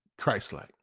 Christ-like